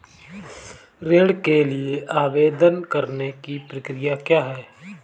ऋण के लिए आवेदन करने की प्रक्रिया क्या है?